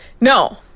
no